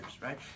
right